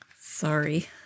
Sorry